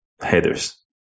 headers